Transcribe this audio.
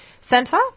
Centre